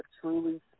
truly